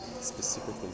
specifically